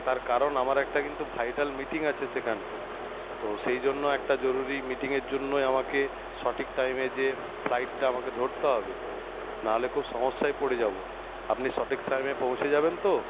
তার কারণ আমার একটা কিন্তু ভাইটাল মিটিং আছে সেখানে তো সেই জন্য একটা জরুরি মিটিংয়ের জন্যই আমাকে সঠিক টাইমে যেয়ে ফ্লাইটটা আমাকে ধরতে হবে না হলে খুব সমস্যায় পরে যাবো আপনি সঠিক টাইমে পৌঁছে যাবেন তো